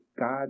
God